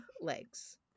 legs